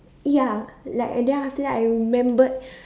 ya like and then after that I remembered